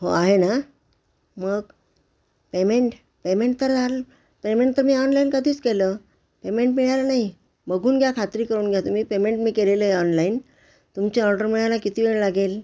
हो आहे ना मग पेमेंट पेमेंट तर झालं पेमेंट तर मी ऑनलाईन कधीच केलं पेमेंट मिळालं नाही बघून घ्या खात्री करून घ्या तुम्ही पेमेंट मी केलेलं आहे ऑनलाईन तुमची ऑर्डर मिळायला किती वेळ लागेल